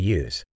use